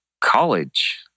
College